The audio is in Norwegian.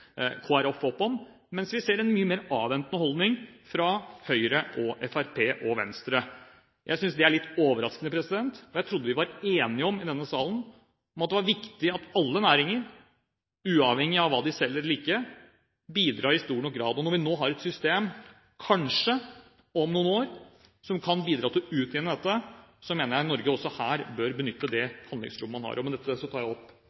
Folkeparti, opp om. Men vi ser en mye mer avventende holdning fra Høyre, Fremskrittspartiet og Venstre. Jeg synes det er litt overraskende. Jeg trodde vi i denne salen var enige om at det er viktig at alle næringer, uavhengig av hva de selger, bidrar i stor nok grad. Når vi nå har et system – kanskje om noen år – som kan bidra til å utjevne dette, mener jeg Norge også her bør benytte det handlingsrommet man har. Med dette